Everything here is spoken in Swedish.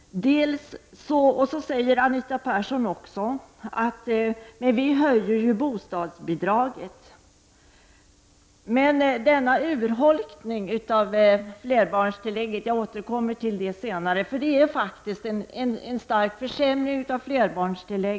Så säger Anita Persson att man höjer bostadsbidraget. Men det blir ju en urholkning, faktiskt en stark försämring, av flerbarnstillägget — jag återkommer till detta senare.